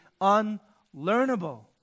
unlearnable